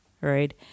right